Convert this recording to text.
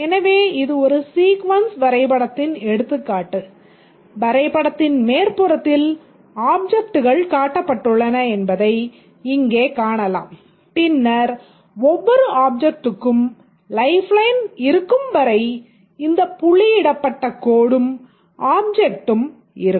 எனவே இது ஒரு சீக்வென்ஸ் வரைபடத்தின் எடுத்துக்காட்டு வரைபடத்தின் மேற்புறத்தில் ஆப்ஜெக்ட்கள் காட்டப்பட்டுள்ளன என்பதை இங்கே காணலாம் பின்னர் ஒவ்வொரு ஆப்ஜெக்ட்டுக்கும் லைஃப்லைன் இருக்கும் வரை இந்த புள்ளியிடப்பட்ட கோடும் ஆப்ஜெக்ட்டும் இருக்கும்